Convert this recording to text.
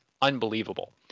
unbelievable